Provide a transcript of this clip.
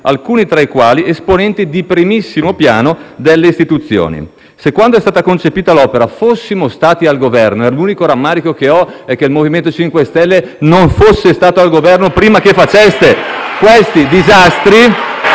alcuni tra i quali esponenti di primissimo piano delle istituzioni. Se quando è stata concepita l'opera fossimo stati al Governo, e l'unico rammarico che ho è che il MoVimento 5 Stelle non fosse al Governo prima che faceste questi disastri...